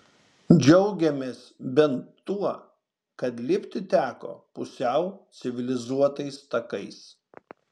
džiaugėmės bent tuo kad lipti teko pusiau civilizuotais takais